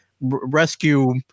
rescue